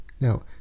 Now